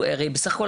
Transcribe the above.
הרי בסך הכול,